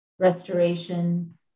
Restoration